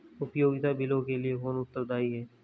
उपयोगिता बिलों के लिए कौन उत्तरदायी है?